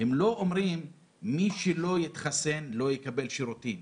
הם לא אומרים שמי שלא יתחסן לא יקבל שירותים,